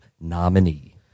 nominee